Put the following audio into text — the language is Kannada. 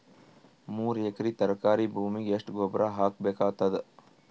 ಮೂರು ಎಕರಿ ತರಕಾರಿ ಭೂಮಿಗ ಎಷ್ಟ ಗೊಬ್ಬರ ಹಾಕ್ ಬೇಕಾಗತದ?